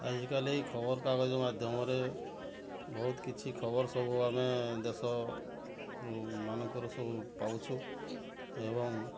ଆଜିକାଲି ଖବର କାଗଜ ମାଧ୍ୟମରେ ବହୁତ କିଛି ଖବର ସବୁ ଆମେ ଦେଶ ମାନଙ୍କର ସବୁ ଆମେ ପାଉଛୁ ଏବଂ